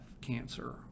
cancer